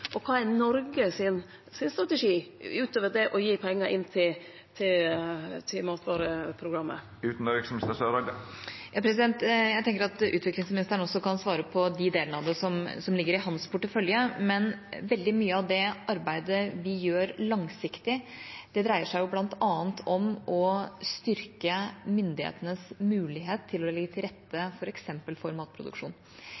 og kva er Noregs strategi utover det å gi pengar til matvareprogrammet? Jeg tenker at utviklingsministeren kan svare på det som ligger i hans portefølje. Veldig mye av det langsiktige arbeidet vi gjør, dreier seg bl.a. om å styrke myndighetenes mulighet til f.eks. å legge til